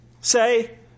Say